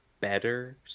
better